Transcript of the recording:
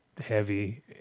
heavy